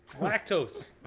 Lactose